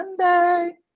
sunday